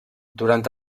durant